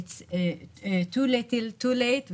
Too little too late.